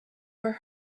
were